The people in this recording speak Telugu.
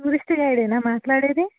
టూరిస్ట్ గైడేనా మాట్లాడేది